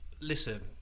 Listen